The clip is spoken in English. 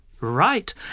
right